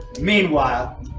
Meanwhile